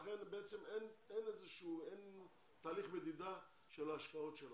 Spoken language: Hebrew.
לכן אין תהליך מדידה של ההשקעות שלנו.